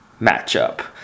matchup